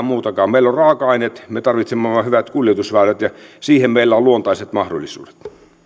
muutakaan meillä on raaka aineet me tarvitsemme vain hyvät kuljetusväylät ja siihen meillä on luontaiset mahdollisuudet